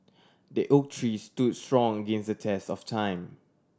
the oak tree stood strong against the test of time